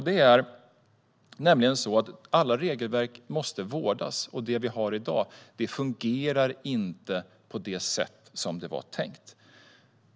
Det är nämligen så att alla regelverk måste vårdas, och det vi har i dag fungerar inte på det sätt som det var tänkt.